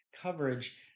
coverage